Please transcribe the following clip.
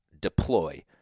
Deploy